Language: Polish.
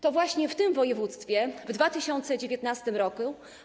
To właśnie w tym województwie w 2019 r.